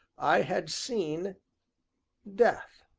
i had seen death.